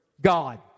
God